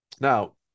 now